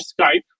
Skype